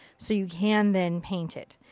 so you can then paint it.